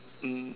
mm